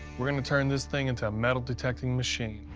we're gonna turn this thing into a metal-detecting machine.